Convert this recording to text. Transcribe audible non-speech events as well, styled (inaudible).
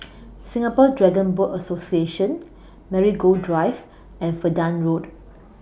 (noise) Singapore Dragon Boat Association Marigold (noise) Drive and Verdun Road